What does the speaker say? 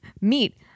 meet